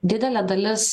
didelė dalis